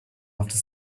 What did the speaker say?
after